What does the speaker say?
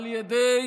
בידי